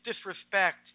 disrespect